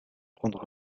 prendre